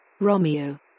Romeo